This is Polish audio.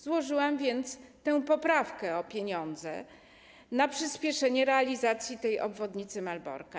Złożyłam tę poprawkę o pieniądze na przyspieszenie realizacji obwodnicy Malborka.